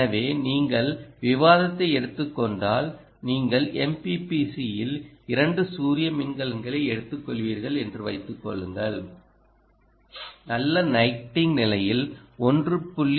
எனவே நீங்கள் விவாதத்தை எடுத்துக் கொண்டால் நீங்கள் MPPC இல் 2 சூரிய மின்கலங்களை எடுத்துக்கொள்வீர்கள் என்று வைத்துக் கொள்ளுங்கள் நல்ல லைட்டிங் நிலையில் 1